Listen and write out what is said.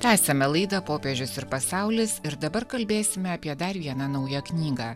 tęsiame laidą popiežius ir pasaulis ir dabar kalbėsime apie dar vieną naują knygą